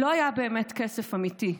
לא היה באמת כסף אמיתי.